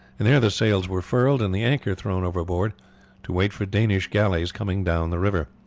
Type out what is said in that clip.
and there the sails were furled and the anchor thrown overboard to wait for danish galleys coming down the river.